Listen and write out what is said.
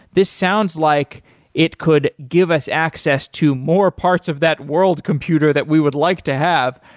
this sounds like it could give us access to more parts of that world computer that we would like to have.